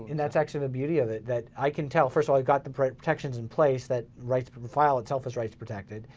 and that's actually the beauty of it that i can tell, first of all, you've got the protections in place that rights for, the file itself is rights protected.